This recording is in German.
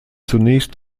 zunächst